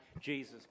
Jesus